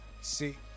See